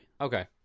Okay